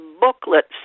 booklets